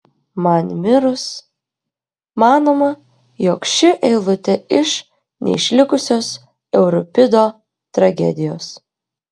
man mirus manoma jog ši eilutė iš neišlikusios euripido tragedijos